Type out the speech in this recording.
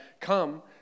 come